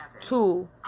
two